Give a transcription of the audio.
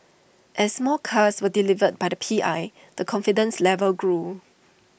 as more cars were delivered by the P I the confidence level grew